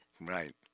Right